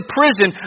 prison